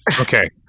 okay